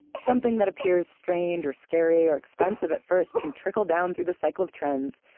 something that appears strange or scary or expensive at first can trickle down through the cycle of trends.